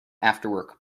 afterwork